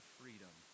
freedom